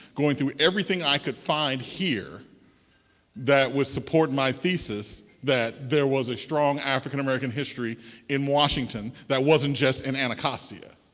going through everything i could find here that would support my thesis that there was a strong african american history in washington that wasn't just in anacostia.